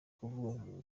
kuvuga